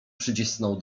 przycisnął